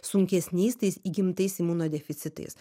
sunkesniais tais įgimtais imunodeficitais